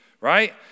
right